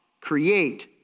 create